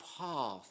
path